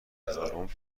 هزارم